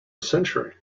century